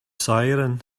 siren